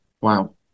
Wow